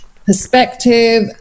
perspective